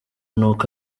nuko